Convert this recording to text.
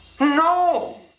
No